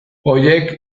horiek